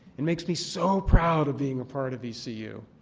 it makes me so proud of being a part of vcu.